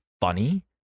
funny